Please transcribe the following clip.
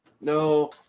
no